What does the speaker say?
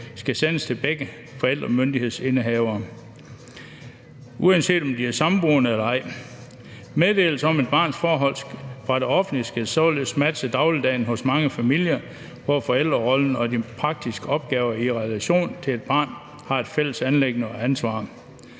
skal sendes til begge forældremyndighedsindehavere, uanset om de er samboende eller ej. Meddelelser om et barns forhold fra det offentlige skal således matche dagligdagen hos mange familier, hvor forældrerollen og de praktiske opgaver i relation til et barn er et fælles anliggende og ansvar.